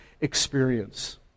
experience